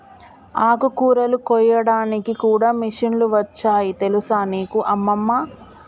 ఆకుకూరలు కోయడానికి కూడా మిషన్లు వచ్చాయి తెలుసా నీకు అమ్మమ్మ